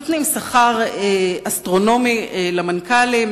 נותנים שכר אסטרונומי למנכ"לים,